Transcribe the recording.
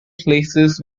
places